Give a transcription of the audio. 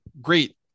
Great